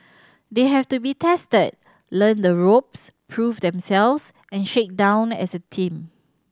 they have to be tested learn the ropes prove themselves and shake down as a team